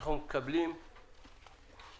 אנחנו מקבלים טענות,